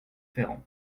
ferrand